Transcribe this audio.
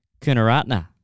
Kunaratna